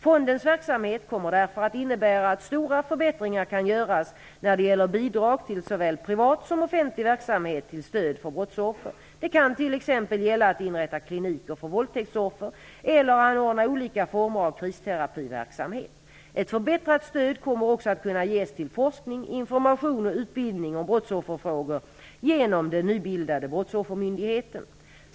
Fondens verksamhet kommer därför att innebära att stora förbättringar kan göras när det gäller bidrag till såväl privat som offentlig verksamhet till stöd för brottsoffer. Det kan t.ex. gälla att inrätta kliniker för våldtäktsoffer eller anordna olika former av kristerapiverksamhet. Ett förbättrat stöd kommer också att kunna ges till forskning, information och utbildning om brottsofferfrågor genom den nybildade Brottsoffermyndigheten.